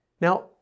Now